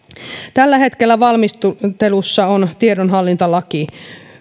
tällä hetkellä valmistelussa on tiedonhallintalaki